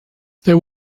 there